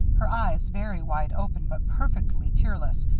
her eyes, very wide open but perfectly tearless,